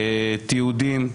תיעודים,